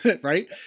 right